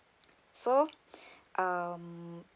so um